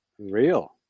Real